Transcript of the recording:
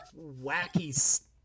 wacky